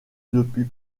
depuis